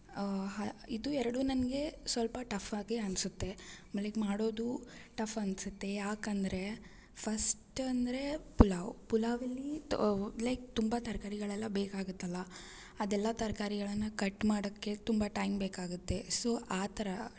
ಹ ಇದು ಎರಡು ನನಗೆ ಸ್ವಲ್ಪ ಟಫ್ ಹಾಗೇ ಅನ್ಸುತ್ತೆ ಆಮೇಲ್ ಲೈಕ್ ಮಾಡೋದು ಟಫ್ ಅನ್ಸುತ್ತೆ ಯಾಕಂದರೆ ಫಸ್ಟ್ ಅಂದರೆ ಪಲಾವ್ ಪಲಾವ್ ಅಲ್ಲೀ ಲೈಕ್ ತುಂಬ ತರಕಾರಿಗಳೆಲ್ಲ ಬೇಕಾಗತ್ತಲ್ಲ ಅದೆಲ್ಲ ತರಕಾರಿಗಳನ್ನ ಕಟ್ ಮಾಡೋಕೆ ತುಂಬ ಟೈಮ್ ಬೇಕಾಗುತ್ತೆ ಸೊ ಆ ಥರ